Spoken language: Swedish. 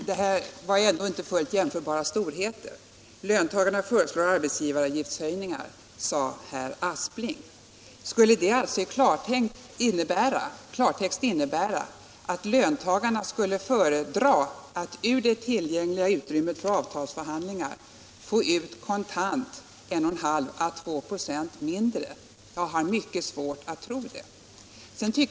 Herr talman! Detta är ändå inte fullt jämförbara storheter. Löntagarorganisationerna föreslår arbetsgivaravgiftshöjningar, sade herr Aspling. Skulle det i klartext innebära att löntagarna föredrar att få ut kontant 1,5-2 ?6 mindre ur det tillgängliga utrymmet? Jag har mycket svårt att tro det.